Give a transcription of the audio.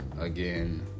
again